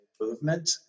Movement